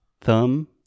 thumb